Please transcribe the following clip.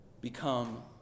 become